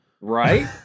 right